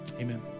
Amen